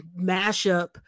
mashup